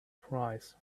price